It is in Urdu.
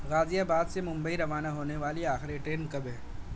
غازی آباد سے ممبئی روانہ ہونے والی آخری ٹرین کب ہے